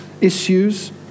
issues